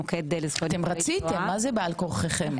אתם רציתם, מה זה בעל כורחכם?